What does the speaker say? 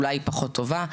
אולי היא פחות טובה,